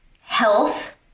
health